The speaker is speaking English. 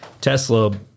Tesla